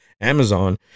Amazon